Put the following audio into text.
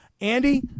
Andy